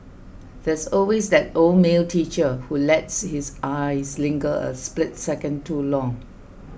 there's always that old male teacher who lets his eyes linger a split second too long